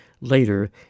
later